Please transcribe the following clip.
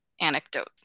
anecdote